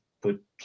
put